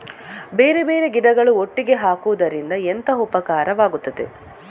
ಬೇರೆ ಬೇರೆ ಗಿಡಗಳು ಒಟ್ಟಿಗೆ ಹಾಕುದರಿಂದ ಎಂತ ಉಪಕಾರವಾಗುತ್ತದೆ?